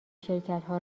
شرکتها